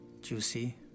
juicy